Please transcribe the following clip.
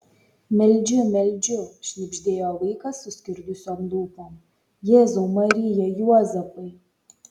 meldžiu meldžiu šnibždėjo vaikas suskirdusiom lūpom jėzau marija juozapai